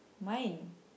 mine